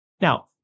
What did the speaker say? Now